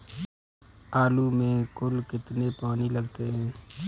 आलू में कुल कितने पानी लगते हैं?